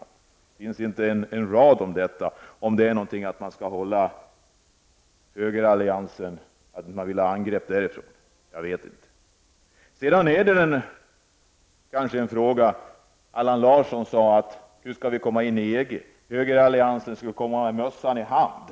Det finns inte en rad om detta. Jag vet inte om det handlar om att hålla stånd mot högeralliansen och angrepp från det hållet eller vad det nu kan vara. Allan Larsson sade att vi nu skall komma med i EG. Från högeralliansens sida skulle man komma med mössan i hand.